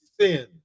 sin